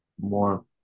more